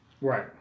Right